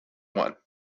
one